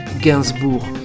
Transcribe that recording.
Gainsbourg